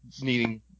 needing